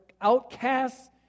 outcasts